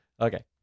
Okay